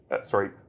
sorry